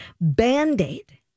Band-Aid